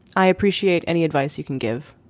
i appreciate any advice you can give.